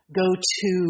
go-to